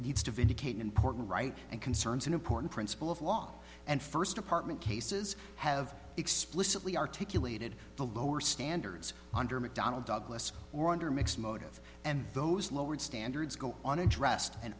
needs to vindicate important right and concerns an important principle of law and first department cases have explicitly articulated the lower standards under mcdonnell douglas or under mixed motive and those lowered standards go on addressed and